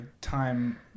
time